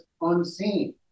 unseen